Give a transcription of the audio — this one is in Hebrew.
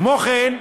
כמו כן,